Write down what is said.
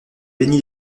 béni